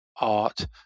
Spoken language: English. art